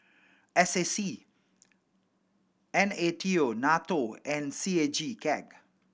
S A C N A T O NATO and C A G CAG